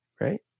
right